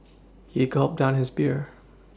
he gulped down his beer